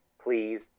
please